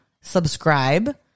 subscribe